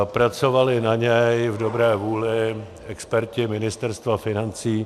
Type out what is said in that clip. Pracovali na něm v dobré vůli experti Ministerstva financí.